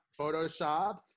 photoshopped